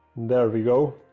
there we go,